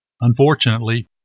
Unfortunately